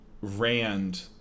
Rand